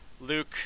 Luke